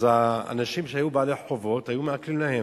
אז אנשים שהיו בעלי חובות, היו מעקלים להם.